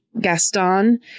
Gaston